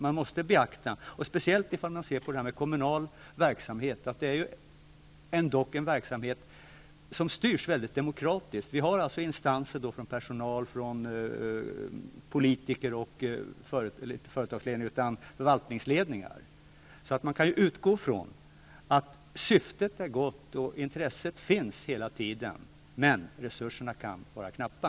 Man måste beakta att speciellt kommunal verksamhet styrs mycket demokratiskt. Vi har representanter för personal, politiker och förvaltningsledning. Man kan utgå från att syftet är gott och att intresset hela tiden finns, men resurserna kan vara knappa.